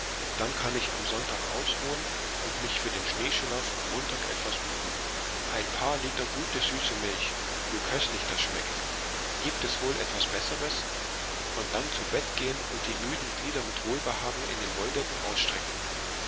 dann kann ich am sonntag ausruhen und mich für den schneeschuhlauf am montag etwas üben ein paar liter gute süße milch wie köstlich das schmeckt gibt es wohl etwas besseres und dann zu bett gehen und die müden glieder mit wohlbehagen in den wolldecken ausstrecken